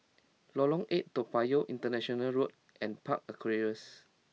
Lorong Eight Toa Payoh International Road and Park Aquaria's